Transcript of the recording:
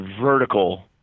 vertical